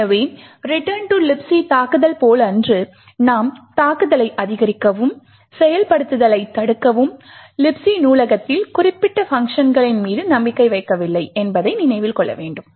எனவே Return to Libc தாக்குதல் போலன்றி நாம் தாக்குதலை அதிகரிக்கவும் செயல்படுத்தலைத் தடுக்கவும் Libc நூலகத்தில் குறிப்பிட்ட பங்க்ஷன்களின் மீது நம்பிக்கை வைக்க வில்லை என்பதை நினைவில் கொள்ள வேண்டும்